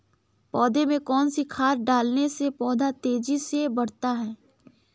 पौधे में कौन सी खाद डालने से पौधा तेजी से बढ़ता है?